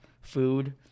food